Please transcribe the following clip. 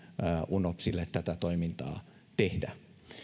unopsille tätä toimintaa tehdä